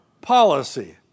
policy